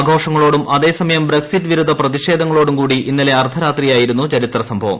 ആഘോഷങ്ങളോടും അതേ സമയം ബ്രെക്സിറ്റ് വിരുദ്ധ പ്രതിഷേധങ്ങളോടും കൂടി ഇന്നലെ അർധ രാത്രിയായിരുന്നു ചരിത്രസംഭവം